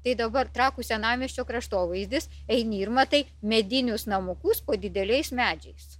tai dabar trakų senamiesčio kraštovaizdis eini ir matai medinius namukus po dideliais medžiais